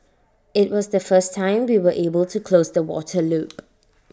IT was the first time we were able to close the water loop